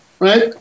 Right